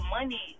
money